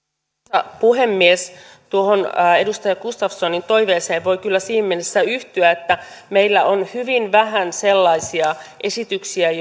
arvoisa puhemies tuohon edustaja gustafssonin toiveeseen voi kyllä siinä mielessä yhtyä että meillä on hyvin vähän sellaisia esityksiä